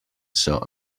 saw